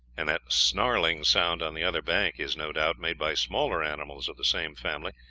and that snarling sound on the other bank is, no doubt, made by smaller animals of the same family,